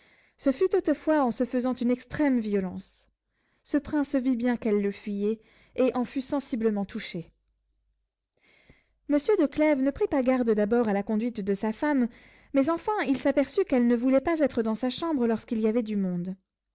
ce fut toutefois en se faisant une extrême violence ce prince vit bien qu'elle le fuyait et en fut sensiblement touché monsieur de clèves ne prit pas garde d'abord à la conduite de sa femme mais enfin il s'aperçut qu'elle ne voulait pas être dans sa chambre lorsqu'il y avait du monde